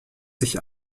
sich